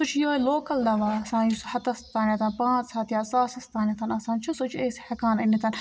سُہ چھُ یِہوے لوکَل دَوا آسان یُس ہَتَس تانٮ۪تھ پانٛژھ ہَتھ یا ساسَس تانٮ۪تھ آسان چھِ سُہ چھِ أسۍ ہٮ۪کان أنِتھ